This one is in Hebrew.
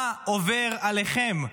מה עובר עליכם?